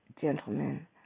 gentlemen